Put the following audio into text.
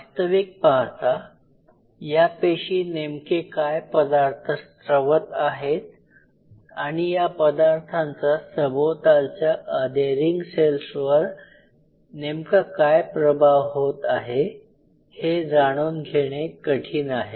वास्तविक पाहता या पेशी नेमके काय पदार्थ स्त्रवत आहेत आणि या पदार्थांचा सभोवतालच्या अधेरिंग सेल्सवर नेमका काय प्रभाव होत आहे हे जाणून घेणे कठीण आहे